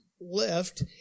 left